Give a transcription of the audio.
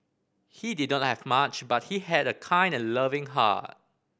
he did not have much but he had a kind and loving heart